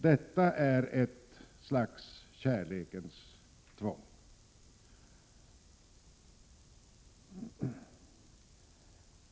Detta är ett slags kärlekens tvång.